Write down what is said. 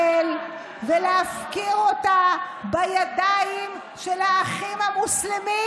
ולהפקיר אותה בידיים של האחים המוסלמים,